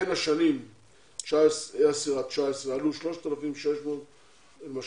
בין השנים 2010 עד 2019 עלו 3,600 רופאים,